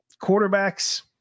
quarterbacks